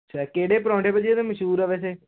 ਅੱਛਾ ਕਿਹੜੇ ਪਰੌਂਠੇ ਵਧੀਆ ਤੇ ਮਸ਼ਹੂਰ ਹ ਵੈਸੇ